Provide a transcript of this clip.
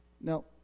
Now